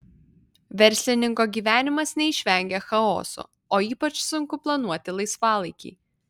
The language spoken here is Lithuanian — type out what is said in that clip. verslininko gyvenimas neišvengia chaoso o ypač sunku planuoti laisvalaikį